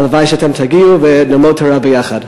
הלוואי שתגיעו ללמוד תורה ביחד.